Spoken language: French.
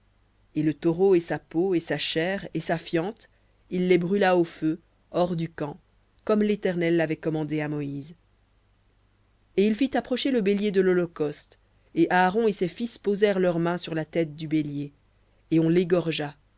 et le taureau et sa peau et sa chair et sa fiente il les brûla au feu hors du camp comme l'éternel l'avait commandé à moïse et il fit approcher le bélier de l'holocauste et aaron et ses fils posèrent leurs mains sur la tête du bélier et on l'égorgea